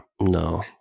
no